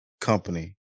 company